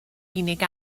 unig